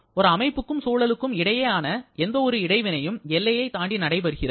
ஒரு அமைப்புக்கும் சூழலுக்கும் இடையிலான எந்தவொரு இடைவினையும் எல்லையைத் தாண்டி நடைபெறுகிறது